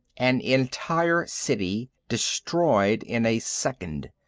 an entire city destroyed in a second!